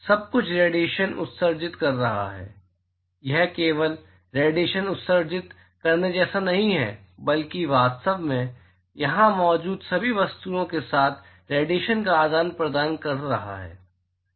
सब कुछ रेडिएशन उत्सर्जित कर रहा है यह केवल रेडिएशन उत्सर्जित करने जैसा नहीं है बल्कि वास्तव में यहां मौजूद सभी वस्तुओं के साथ रेडिएशन का आदान प्रदान कर रहा है